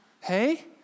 Hey